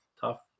tough